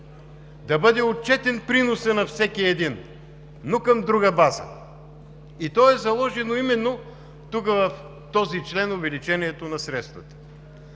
да бъде отчетен приносът на всеки един, но към друга база и то е заложено именно тук в този член – увеличението на средствата.